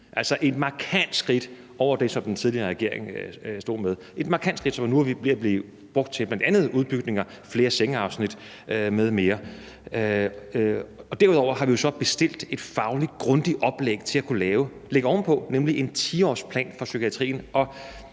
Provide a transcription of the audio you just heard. altså markant mere end det, som den tidligere regering stod for. Det er et markant skridt, som nu er ved at blive brugt til udbygninger, flere sengeafsnit m.m. Derudover har vi jo så bestilt et fagligt grundigt oplæg til at lægge ovenpå, nemlig en 10-årsplan for psykiatrien.